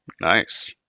Nice